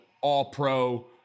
all-pro